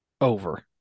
over